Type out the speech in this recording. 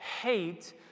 hate